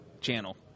channel